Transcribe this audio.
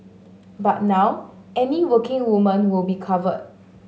but now any working woman will be covered